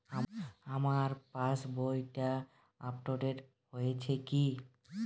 আমার পাশবইটা আপডেট হয়েছে কি?